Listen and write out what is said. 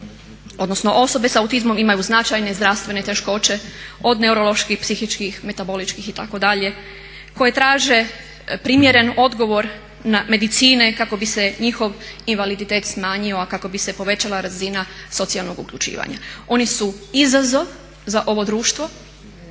odnosno osobe s autizmom imaju značajne zdravstvene teškoće, od neuroloških, psihičkih, metaboličkih itd., koje traže primjeren odgovor medicine kako bi se njihov invaliditet smanjio, a kako bi se povećala razina socijalnog uključivanja. Oni su izazov za ovo društvo,